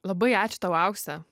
labai ačiū tau aukse